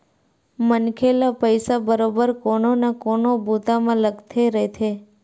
मनखे ल पइसा बरोबर कोनो न कोनो बूता म लगथे रहिथे